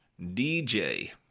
DJ